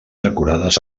decorades